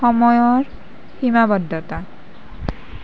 সময়ৰ সীমাৱদ্ধতা